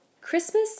Christmas